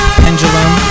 pendulum